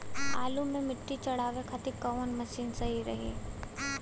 आलू मे मिट्टी चढ़ावे खातिन कवन मशीन सही रही?